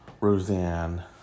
Roseanne